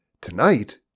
Tonight